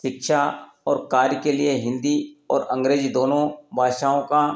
शिक्षा और कार्य के लिए हिन्दी और अंग्रेजी दोनों भाषाओं का